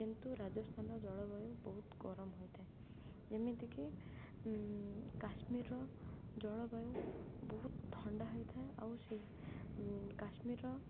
କିନ୍ତୁ ରାଜସ୍ଥାନର ଜଳବାୟୁ ବହୁତ ଗରମ ହୋଇଥାଏ ଯେମିତିକି କାଶ୍ମୀରର ଜଳବାୟୁ ବହୁତ ଥଣ୍ଡା ହୋଇଥାଏ ଆଉ ସେ କାଶ୍ମୀରର